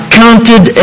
counted